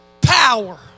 Power